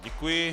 Děkuji.